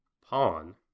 pawn